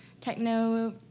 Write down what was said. techno